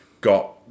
got